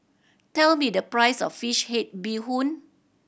tell me the price of fish head bee hoon